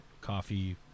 coffee